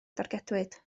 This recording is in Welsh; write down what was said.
dargedwyd